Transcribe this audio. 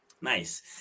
Nice